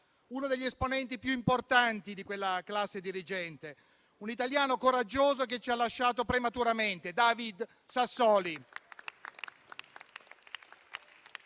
uno degli esponenti più importanti di quella classe dirigente, un italiano coraggioso che ci ha lasciato prematuramente, David Sassoli.